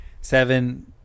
Seven